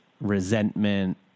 resentment